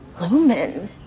lumen